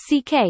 CK